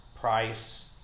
price